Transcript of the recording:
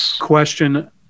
question